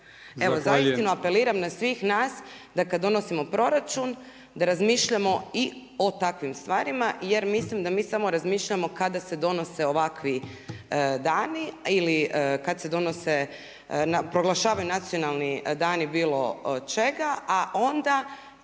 Evo za istinu apeliram na sve nas da kada donosimo proračun da razmišljamo i o takvim stvarima jer mislim da mi samo razmišljamo kada se donose ovakvi dani ili kada se donose, proglašavaju nacionalni dani bilo čega a onda